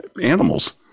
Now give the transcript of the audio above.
animals